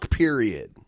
period